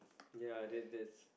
ya then that's